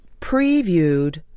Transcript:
previewed